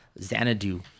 Xanadu